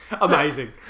Amazing